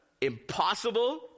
impossible